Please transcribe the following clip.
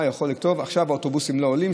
יכול לכתוב: עכשיו האוטובוסים לא עולים,